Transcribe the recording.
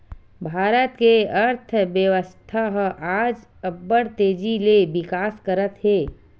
भारत के अर्थबेवस्था ह आज अब्बड़ तेजी ले बिकास करत हे